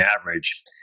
average